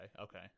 okay